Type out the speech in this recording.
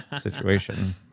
situation